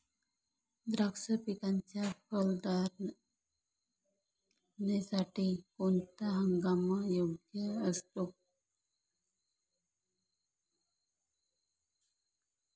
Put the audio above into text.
द्राक्ष पिकाच्या फलधारणेसाठी कोणता हंगाम योग्य असतो?